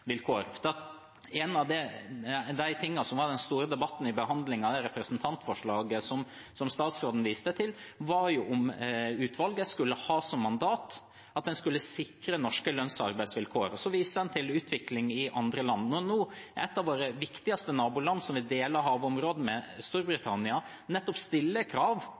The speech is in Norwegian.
av det som var den store debatten ved behandlingen av det representantforslaget som statsråden viste til, var om utvalget skulle ha som mandat at en skulle sikre norske lønns- og arbeidsvilkår. Så viser en til utvikling i andre land. Et av våre viktigste naboland som vi deler havområde med, Storbritannia, stiller nettopp krav